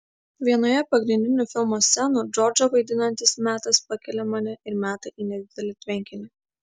vienoje pagrindinių filmo scenų džordžą vaidinantis metas pakelia mane ir meta į nedidelį tvenkinį